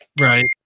Right